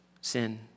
sin